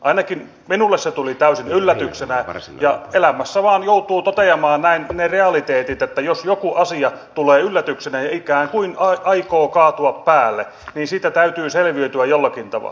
ainakin minulle se tuli täysin yllätyksenä ja elämässä vain joutuu toteamaan ne realiteetit että jos joku asia tulee yllätyksenä ja ikään kuin aikoo kaatua päälle niin siitä täytyy selviytyä jollakin tavalla